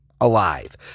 alive